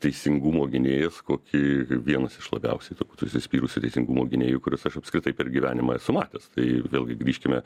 teisingumo gynėjas kokį vienas iš labiausiai turbūt užsispyrusių teisingumo gynėjų kuriuos aš apskritai per gyvenimą esu matęs tai vėlgi grįžkime